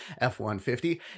F-150